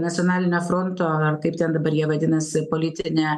nacionalinio fronto ar kaip ten dabar jie vadinasi politinė